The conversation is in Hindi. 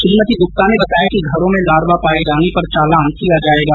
श्रीमती गुप्ता ने बताया कि घरों में लार्वा पाये जाने पर चालान किया जायेगा